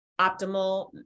optimal